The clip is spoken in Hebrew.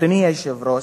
אדוני היושב-ראש,